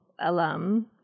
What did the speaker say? alum